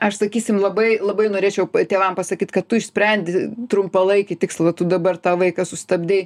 aš sakysim labai labai norėčiau tėvam pasakyt kad tu išsprendi trumpalaikį tikslą tu dabar tą vaiką sustabdei